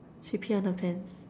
she pee on her pants